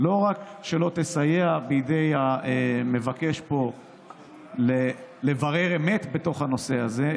לא רק שלא תסייע בידי המבקש פה לברר אמת בנושא הזה,